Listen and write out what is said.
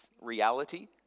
reality